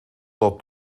dat